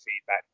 feedback